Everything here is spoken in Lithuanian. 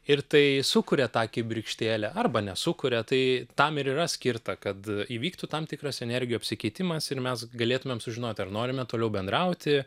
ir tai sukuria tą kibirkštėlę arba nesukuria tai tam ir yra skirta kad įvyktų tam tikras energijų apsikeitimas ir mes galėtumėm sužinoti ar norime toliau bendrauti